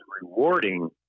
rewarding